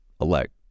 elect